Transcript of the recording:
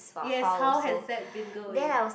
yes how has that been going